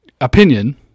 opinion